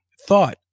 thought